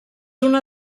una